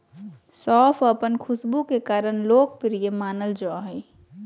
सौंफ अपन खुशबू के कारण लोकप्रिय मानल जा हइ